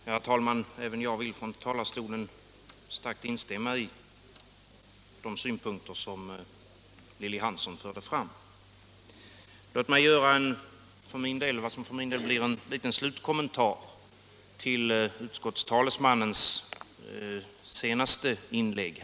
Herr talman! Även jag vill från denna talarstol starkt instämma i de synpunkter som Lilly Hansson förde fram. Låt mig göra vad som för mig blir en liten slutkommentar till utskottets talesmans senaste inlägg.